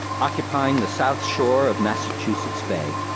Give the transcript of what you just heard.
occupying the south shore of massachusetts bay,